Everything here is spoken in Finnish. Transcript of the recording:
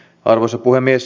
arvoisa puhemies